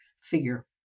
figure